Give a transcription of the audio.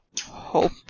hope